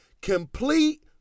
Complete